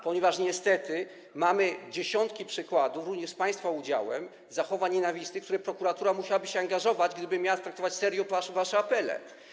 ponieważ niestety mamy dziesiątki przykładów, również z państwa udziałem, zachowań nienawistnych, w które prokuratura musiałaby się angażować, gdyby miała traktować serio wasze apele.